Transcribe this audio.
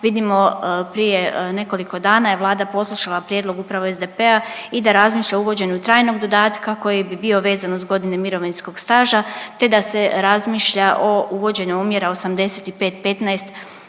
Vidimo prije nekoliko dana je Vlada poslušala prijedlog upravo SDP-a i da razmišlja o uvođenju trajnog dodatka koji bi bio vezan uz godine mirovinskog staža, te da se razmišlja o uvođenju omjera 85:15